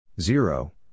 Zero